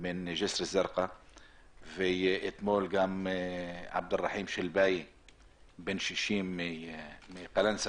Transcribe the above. מג'סר א-זרקא ואתמול עבד אל רחים בן 60 מקלאנסווה